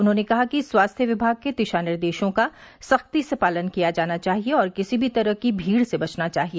उन्होंने कहा कि स्वास्थ्य विभाग के दिशा निर्देशों का सख्ती से पालन किया जाना चाहिए और किसी भी तरह की भीड़ से बचना चाहिए